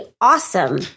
awesome